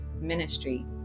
ministry